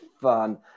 fun